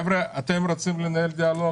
חבר'ה, אתם רצים לנהל דיאלוג כאן?